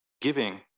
giving